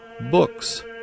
books